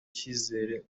kizere